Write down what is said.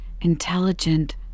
intelligent